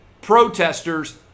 protesters